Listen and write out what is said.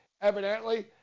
evidently